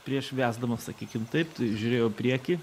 prieš vesdamas sakykim taip žiūrėjau į priekį